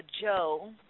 Joe